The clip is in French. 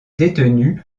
détenu